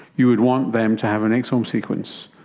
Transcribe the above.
you would want them to have an exome sequence.